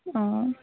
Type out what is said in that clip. অঁ